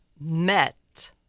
met